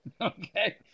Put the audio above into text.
okay